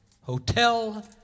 Hotel